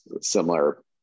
similar